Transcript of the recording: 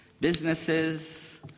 businesses